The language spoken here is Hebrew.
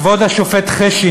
כבוד השופט חשין,